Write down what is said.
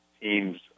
teams